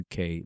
UK